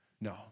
No